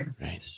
Right